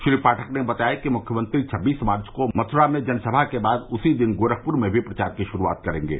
श्री पाठक ने बताया कि मुख्यमंत्री छब्बीस मार्च को मथ्रा में जनसभा के बाद उसी दिन गोरखपुर में भी प्रचार की शुरूआत करेंगे